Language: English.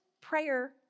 prayer